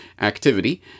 activity